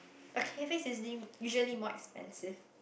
but usually more expensive